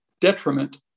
detriment